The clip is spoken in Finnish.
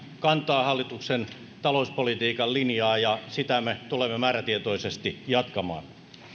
kantaa hallituksen talouspolitiikan linjaa ja sitä me tulemme määrätietoisesti jatkamaan